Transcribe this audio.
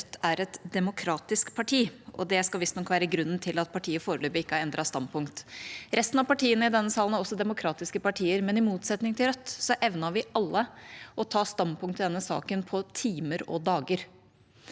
Rødt er et demokratisk parti. Det skal visstnok være grunnen til at partiet foreløpig ikke har endret standpunkt. Resten av partiene i denne salen er også demokratiske partier, men i motsetning til Rødt evnet vi alle å ta standpunkt i denne saken på timer og dager.